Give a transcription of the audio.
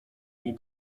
nie